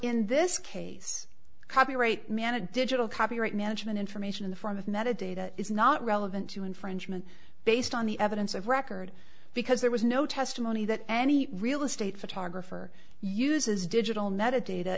in this case copyright man a digital copyright management information in the form of metadata is not relevant to infringement based on the evidence of record because there was no testimony that any real estate photographer uses digital neta data